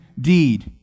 deed